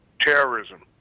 terrorism